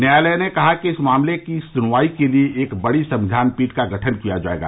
न्यायालय ने कहा है कि इस मामले की सुनवाई के लिए एक बड़ी संविधान पीठ का गठन किया जाएगा